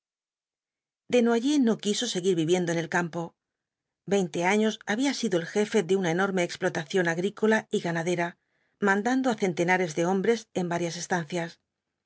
desnoyers no quiso seguir viviendo en el campo veinte años había sido el jefe de una enorme explotación agrícola y ganadera mandando á centenares de hombres en varias estancias